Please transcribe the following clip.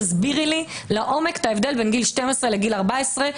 תסבירי לי לעומק את ההבדל בין גיל 12 לגיל 14,